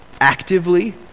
actively